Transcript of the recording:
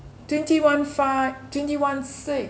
twenty one five twenty one six